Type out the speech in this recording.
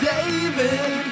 David